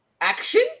action